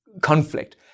conflict